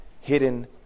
hidden